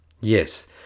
Yes